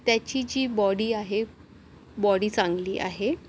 त्याची जी बॉडी आहे बॉडी चांगली आहे